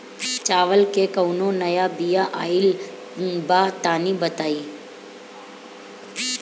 चावल के कउनो नया बिया आइल बा तनि बताइ?